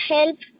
Help